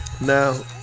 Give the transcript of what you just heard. now